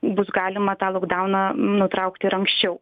bus galima tą lokdauną nutraukti ir anksčiau